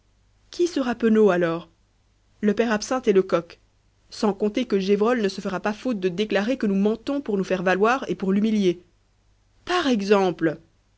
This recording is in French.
qui sera penaud alors le père absinthe et lecoq sans compter que gévrol ne se fera pas faute de déclarer que nous mentons pour nous faire valoir et pour l'humilier par exemple